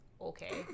okay